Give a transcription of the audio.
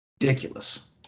Ridiculous